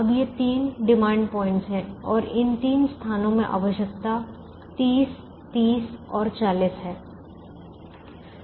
अब ये तीन डिमांड पॉइंटस हैं और इन तीन स्थानों में आवश्यकता 30 अन्य 30 और 40 है